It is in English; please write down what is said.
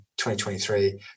2023